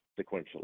sequentially